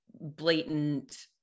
blatant